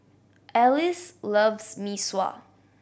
Alyce loves Mee Sua